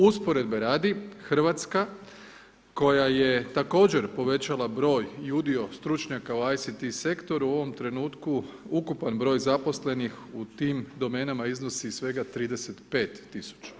Usporedbe radi, Hrvatska, koja je također povećala br. i udio stručnjaka u ICT sektoru, u ovom trenutku ukupan br. zaposlenih u tim domenama iznosi svega 35 tisuća.